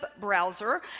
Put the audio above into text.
browser